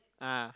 ah